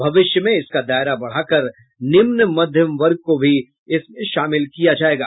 भविष्य में इसका दायरा बढ़ाकर निम्न मध्यवर्ग को भी इसमें शामिल किया जायेगा